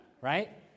Right